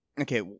Okay